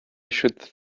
should